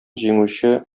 җиңүче